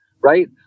right